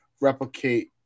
replicate